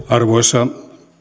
arvoisa